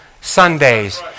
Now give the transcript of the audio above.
Sundays